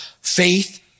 Faith